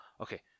Okay